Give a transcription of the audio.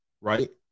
right